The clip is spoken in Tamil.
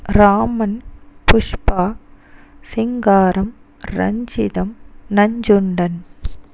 ராமன் புஷ்பா சிங்காரம் ரஞ்சிதம் நஞ்சுண்டன்